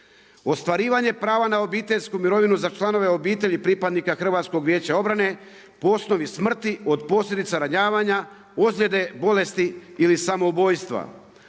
Ostvarivanje prava na obiteljsku mirovinu za članove obitelji HVO-a po osnovi smrti od posljedica ranjavanja, ozljede, bolesti ili samoubojstva